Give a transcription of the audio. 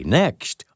next